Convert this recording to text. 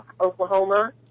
Oklahoma